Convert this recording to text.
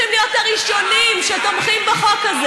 חבר הכנסת חנין, דיברו על הכיבוש.